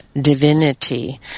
divinity